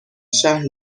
شهر